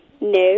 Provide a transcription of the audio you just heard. No